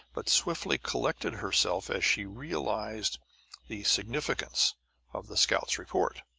but swiftly collected herself as she realized the significance of the scout's report.